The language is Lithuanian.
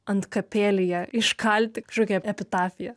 antkapėlyje iškalti kažkokią epitafiją